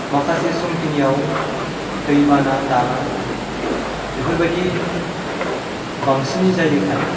माखासे समखिनियाव दैबाना दालां बेफोरबायदि बांसिनै जायोखाय